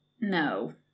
No